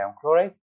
chloride